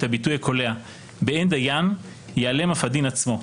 הביטוי הקולע: "באין דיין ייעלם אף הדין עצמו".